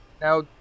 Now